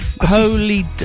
Holy